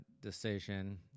decision